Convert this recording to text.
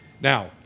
Now